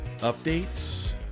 updates